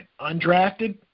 undrafted